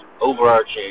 overarching